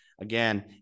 again